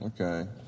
Okay